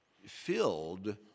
filled